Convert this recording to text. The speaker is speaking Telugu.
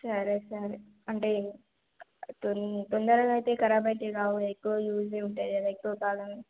సరే సరే అంటే తొన్ తొందరగా అయితే కరాబ్ అయితే కావు కదా ఎక్కువ యూజ్ ఉంటాయి కదా ఎక్కువ కాలం